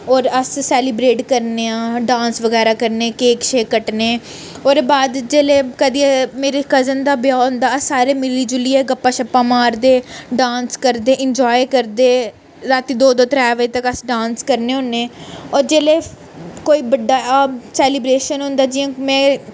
होर अस सैलीव्रेट करने आं डांस बगैरा करने आं केक शेक कटने ओह्दे बाद जेल्लै कदें मेरी कजन दा ब्याह् होंदा ऐ सारें मिलियै जुलियै गप्पां शप्पां मारदे डांस करदे इंजाए करदे रातीं दो दो त्रै त्रै बजे तगर अस डांस करने होन्ने होर जेल्लै कोई बड्डा सैलीव्रेशन होंदा जियां में